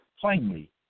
plainly